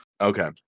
okay